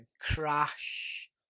Crash